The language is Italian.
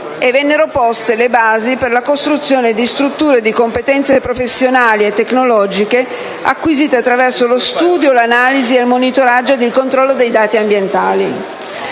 e vennero poste le basi per la costruzione di strutture, di competenze professionali e tecnologiche acquisite attraverso lo studio, l'analisi, il monitoraggio e il controllo dei dati ambientali.